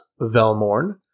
Velmorn